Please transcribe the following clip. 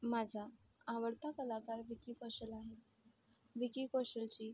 माझा आवडता कलाकार विक्की कौशल आहे विकी कौशलची